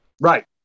Right